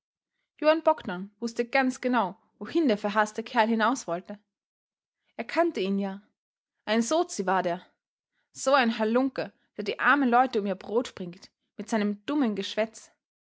johann bogdn wußte ganz genau wohin der verhaßte kerl hinaus wollte er kannte ihn ja ein sozi war der so ein hallunke der die armen leute um ihr brot bringt mit seinem dummen geschwätz